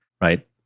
right